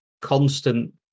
constant